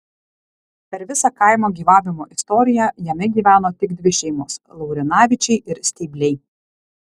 per visą kaimo gyvavimo istoriją jame gyveno tik dvi šeimos laurinavičiai ir steibliai